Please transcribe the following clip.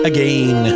Again